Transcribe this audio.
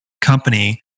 company